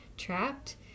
trapped